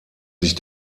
sich